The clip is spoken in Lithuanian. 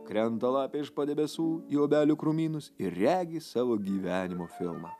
krenta lapė iš po debesų į obelių krūmynus ir regi savo gyvenimo filmą